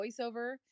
voiceover